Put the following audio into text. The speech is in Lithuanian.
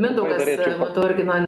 mindaugas matau irgi man